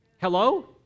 Hello